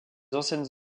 anciennes